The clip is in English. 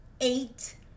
Eight